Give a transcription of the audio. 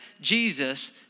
Jesus